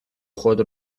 خود